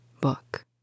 book